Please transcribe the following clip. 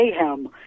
mayhem